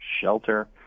shelter